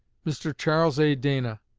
mr. charles a. dana,